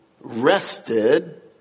rested